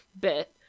bit